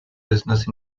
business